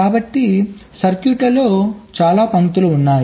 కాబట్టి సర్క్యూట్లో చాలా పంక్తులు ఉన్నాయి